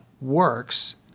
works